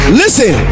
listen